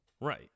Right